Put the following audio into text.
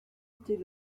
était